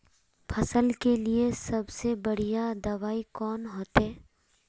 फसल के लिए सबसे बढ़िया दबाइ कौन होते?